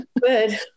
Good